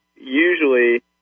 usually